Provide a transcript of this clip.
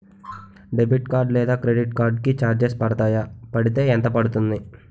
Debit card లేదా credit card కి charges పడతాయా? పడితే ఎంత పడుతుంది?